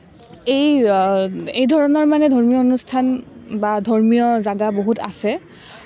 এই এইধৰণৰ মানে ধৰ্মীয় অনুষ্ঠান বা ধৰ্মীয় জেগা বহুত আছে